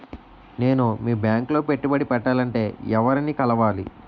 నేను మీ బ్యాంక్ లో పెట్టుబడి పెట్టాలంటే ఎవరిని కలవాలి?